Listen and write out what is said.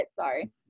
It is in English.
sorry